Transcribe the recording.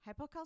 hypocalcemia